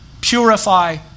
purify